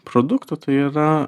produktų tai yra